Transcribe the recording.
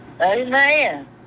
Amen